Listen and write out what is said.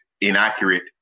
inaccurate